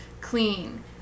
clean